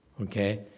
Okay